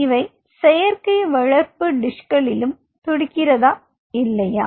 இவை செயற்கை வளர்ப்பு டிஷ்களி துடிக்கிறதா இல்லையா